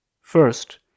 First